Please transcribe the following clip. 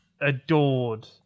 adored